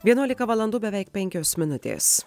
vienuolika valandų beveik penkios minutės